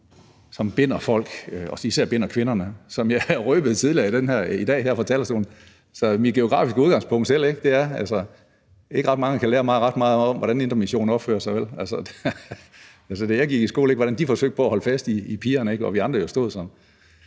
som binder folk og især binder kvinderne. Som jeg røbede tidligere i dag her fra talerstolen, må jeg med mit eget geografiske udgangspunkt sige, at ikke ret mange kan lære mig ret meget om, hvordan Indre Mission opfører sig, vel? Da jeg gik i skole, forsøgte de at holde fast i pigerne, og hvor vi andre jo stod som